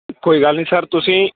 ਕੋਈ ਗੱਲ ਨਹੀਂ ਸਰ ਤੁਸੀਂ